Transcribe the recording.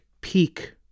peak